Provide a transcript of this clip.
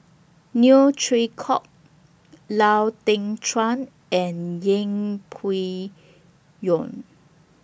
Neo Chwee Kok Lau Teng Chuan and Yeng Pway Ngon